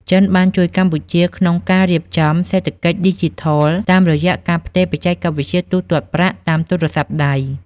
ចិនបានជួយកម្ពុជាក្នុងការរៀបចំ "សេដ្ឋកិច្ចឌីជីថល" តាមរយៈការផ្ទេរបច្ចេកវិទ្យាទូទាត់ប្រាក់តាមទូរស័ព្ទដៃ។